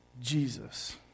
Jesus